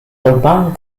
terbang